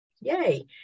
yay